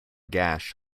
gash